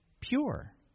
pure